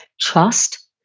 trust